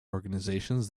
organizations